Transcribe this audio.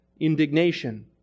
indignation